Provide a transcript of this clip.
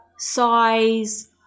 size